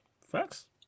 Facts